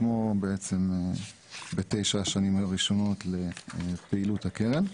כמו בתשע השנים הראשונות לפעילות הקרן.